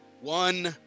one